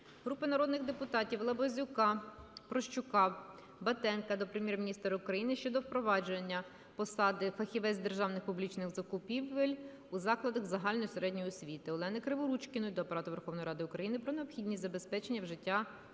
Групи народних депутатів (Лабазюка, Прощука, Батенка) до Прем'єр-міністра України щодо впровадження посади "Фахівець з державних (публічних) закупівель" у закладах загальної середньої освіти. Олени Криворучкіної до Апарату Верховної Ради України про необхідність забезпечення вжиття заходів.